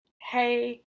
hey